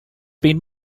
been